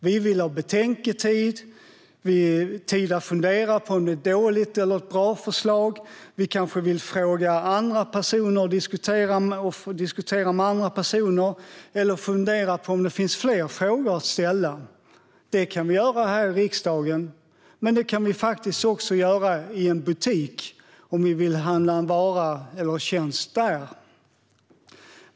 Vi vill ha betänketid - tid att fundera på om det är ett dåligt eller ett bra förslag. Vi vill kanske diskutera med andra eller fundera på om det finns fler frågor att ställa. Detta kan vi göra här i riksdagen, men faktiskt också i en butik om vi vill köpa en vara eller tjänst där.